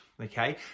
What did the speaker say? Okay